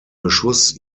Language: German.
beschuss